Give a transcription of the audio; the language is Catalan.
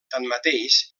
tanmateix